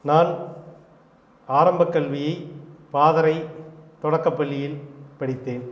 நான் ஆரம்பக் கல்வியை பாதரை தொடக்கப் பள்ளியில் படித்தேன்